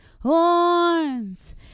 Horns